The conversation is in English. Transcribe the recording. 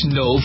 no